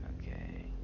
Okay